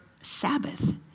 Sabbath